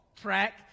track